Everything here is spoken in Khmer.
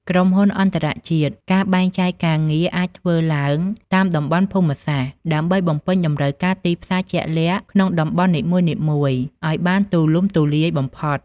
ក្រុមហ៊ុនអន្តរជាតិ ការបែងចែកការងារអាចធ្វើឡើងតាមតំបន់ភូមិសាស្ត្រ ដើម្បីបំពេញតម្រូវការទីផ្សារជាក់លាក់ក្នុងតំបន់នីមួយៗឱ្យបានទូលំទូលាយបំផុត។